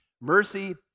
mercy